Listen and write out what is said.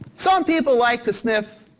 so um people like to sniff.